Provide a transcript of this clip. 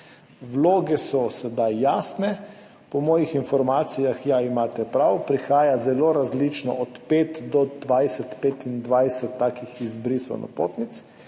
Vloge so sedaj jasne. Po mojih informacijah, ja, imate prav, prihaja zelo različno, od pet do 20, 25 takih izbrisov napotnic,